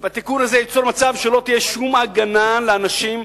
והתיקון הזה ייצור מצב שלא תהיה שום הגנה לאנשים,